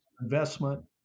investment